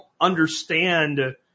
understand